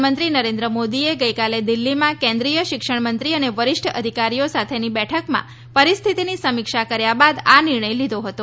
પ્રધાનમંત્રી નરેન્દ્ર મોદીએ ગઈકાલે દિલ્હીમાં કેન્દ્રીય શિક્ષણમંત્રી અને વરિષ્ઠ અધિકારીઓ સાથેની બેઠકમાં પરિસ્થિતિની સમીક્ષા કર્યા બાદ આ નિર્ણય લીધો હતો